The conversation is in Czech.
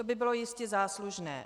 To by bylo jistě záslužné.